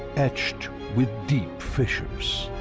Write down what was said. etched with deep fissures.